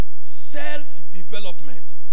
self-development